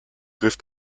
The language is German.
griff